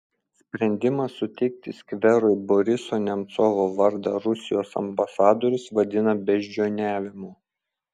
sprendimą suteikti skverui boriso nemcovo vardą rusijos ambasadorius vadina beždžioniavimu